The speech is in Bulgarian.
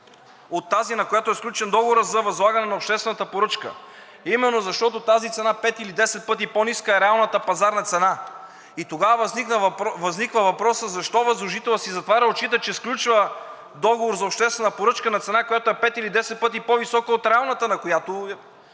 от тази, на която е сключен договорът за възлагане на обществената поръчка, именно защото тази цена, пет или десет пъти по-ниска, е реалната пазарна цена. Тогава възниква въпросът: защо възложителят си затваря очите, че сключва договор за обществена поръчка на цена, която е пет или десет пъти по висока от реалната, на която